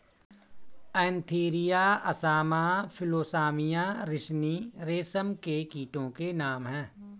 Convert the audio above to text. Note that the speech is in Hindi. एन्थीरिया असामा फिलोसामिया रिसिनी रेशम के कीटो के नाम हैं